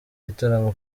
gitaramo